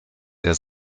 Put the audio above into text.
der